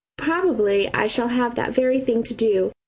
probably i shall have that very thing to do,